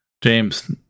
james